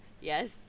Yes